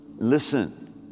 Listen